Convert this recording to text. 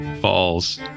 falls